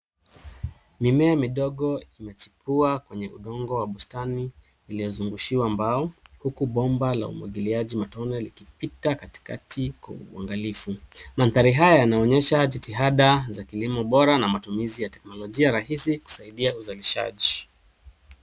Mimea midogo imechipua kwenye udongo wa bustani iliyozungushiwa mbao, huku bomba la umwagiliaji matone likipita katikati kwa uangalifu. Mandhari haya yanaonyesha jitihada za kilimo bora na matumizi ya teknolojia rahisi kusaidia uzalishaji.